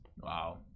Wow